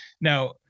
Now